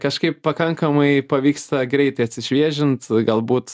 kažkaip pakankamai pavyksta greitai atsišviežint galbūt